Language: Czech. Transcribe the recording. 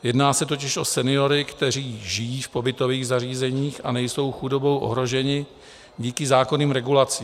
Jedná se totiž o seniory, kteří žijí v pobytových zařízeních a nejsou chudobou ohroženi díky zákonným regulacím.